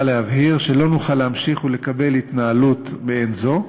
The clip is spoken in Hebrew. להבהיר שלא נוכל להמשיך ולקבל התנהלות מעין זו.